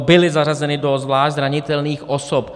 Byli zařazeni do zvlášť zranitelných osob.